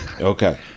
Okay